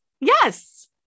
Yes